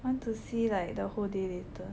want to see like the whole day later